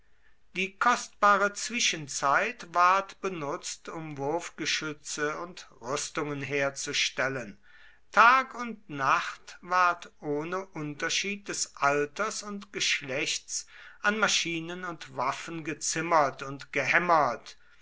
die kostbare zwischenzeit ward benutzt um wurfgeschütze und rüstungen herzustellen tag und nacht ward ohne unterschied des alters und geschlechts an maschinen und waffen gezimmert und gehämmert